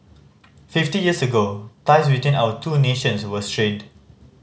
fifty years ago ties between our two nations were strained